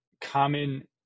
common